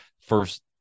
First